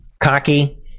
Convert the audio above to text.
cocky